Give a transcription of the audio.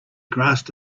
grasped